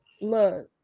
look